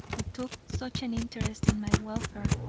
who took such an interest in my welfare,